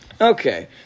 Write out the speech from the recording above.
Okay